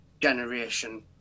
generation